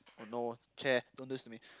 oh no chair don't do this to me